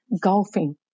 golfing